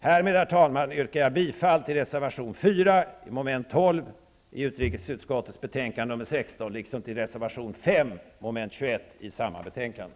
Härmed, herr talman, yrkar jag bifall till reservation 4 under mom. 12 i utrikesutskottets betänkande nr 16 liksom till reservation 5 under mom. 21 i samma betänkande.